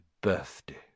birthday